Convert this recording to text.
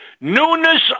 Newness